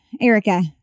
Erica